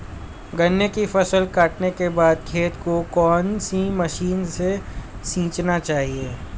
गन्ने की फसल काटने के बाद खेत को कौन सी मशीन से सींचना चाहिये?